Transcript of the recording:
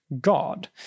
God